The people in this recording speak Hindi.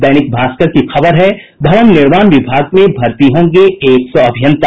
दैनिक भास्कर की खबर है भवन निर्माण विभाग में भर्ती होंगे एक सौ अभियंता